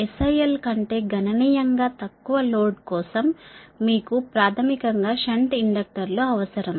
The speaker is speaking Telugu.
SIL కంటే గణనీయంగా తక్కువ లోడ్ కోసం మీకు ప్రాథమికంగా షంట్ ఇండక్టర్లు అవసరం